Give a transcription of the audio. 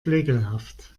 flegelhaft